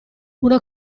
una